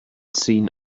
seen